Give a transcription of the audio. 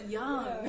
young